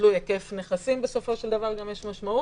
תלוי היקף נכסים שבסופו של דבר יש לזה משמעות,